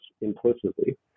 implicitly